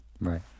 Right